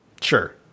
Sure